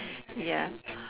ya